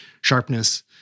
sharpness